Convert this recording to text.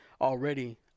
already